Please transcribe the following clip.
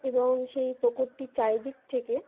এবং সেই ফোকরটি চারিদিক থেকে